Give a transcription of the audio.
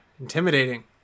Intimidating